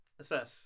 assess